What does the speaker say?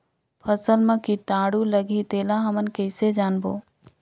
फसल मा कीटाणु लगही तेला हमन कइसे जानबो?